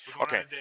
Okay